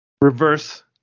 reverse